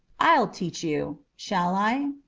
i'll teach you. shall i?